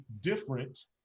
different